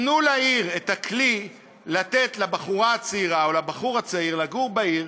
תנו לעיר את הכלי לתת לבחורה הצעירה או לבחור הצעיר לגור בעיר,